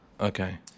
Okay